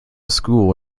school